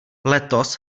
letos